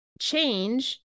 change